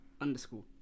underscore